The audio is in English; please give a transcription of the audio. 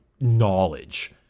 knowledge